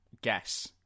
guess